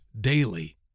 daily